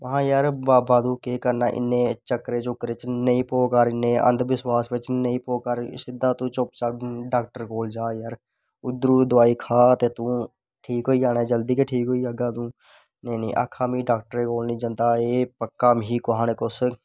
महां जार बाबा तूं केह् करने इन्ने चक्करें चुक्करें पर नेंई पवा कर इन्ने अंधविश्वास पर नेंई पवा कर इस शा तू चुप्प चाप डाक्टर कोल जा जार उध्दरूं दवाई खा ते तूं ठीक होई जाना जल्दी गै ठीक होई जाह्गा तूं नेईं नें में डाक्टरे कोल नी जंदा एह् पक्क मिगी कुसा नै कुछ